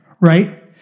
right